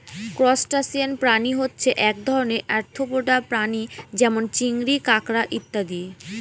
crustacean প্রাণী হচ্ছে এক ধরনের আর্থ্রোপোডা প্রাণী যেমন চিংড়ি, কাঁকড়া ইত্যাদি